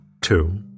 two